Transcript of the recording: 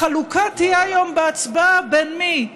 החלוקה תהיה היום בהצבעה בין מי שרוצה,